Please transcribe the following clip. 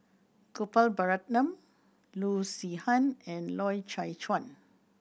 Gopal Baratham Loo Zihan and Loy Chye Chuan